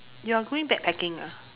you are going backpacking ah